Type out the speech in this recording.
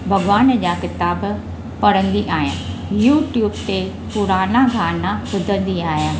भॻवान जा किताब पढ़ंदी आहियां यूट्युब ते पुराना गाना बुधंदी आहियां